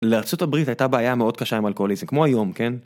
לארצות הברית הייתה בעיה מאוד קשה עם אלכוהוליזם, כמו היום, כן?